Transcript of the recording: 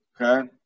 Okay